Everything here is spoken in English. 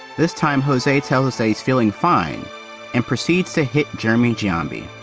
this time jose tells us, he's feeling fine and proceeded to hit jamie giambi.